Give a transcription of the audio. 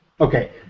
Okay